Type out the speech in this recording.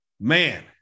man